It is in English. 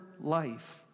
life